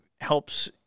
helps